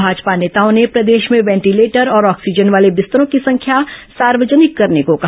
भाजपा नेताओं ने प्रदेश में वेंटीलेटर और ऑक्सीजन वाले बिस्तरों की संख्या सार्वजनिक करने को कहा